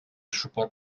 suport